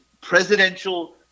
presidential